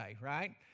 right